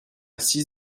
six